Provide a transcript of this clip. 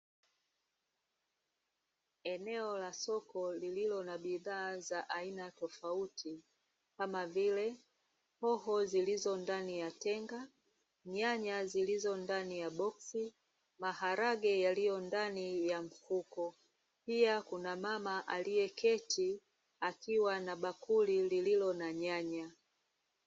Eneo la soko lililo na bidhaa za aina tofauti kama vile: hoho zilizo ndani ya tenga, nyanya zilizo ndani ya boksi, maharage yaliyo ndani ya mfuko. Pia kuna mama aliyeketi akiwa na bakuli lililo na nyanya .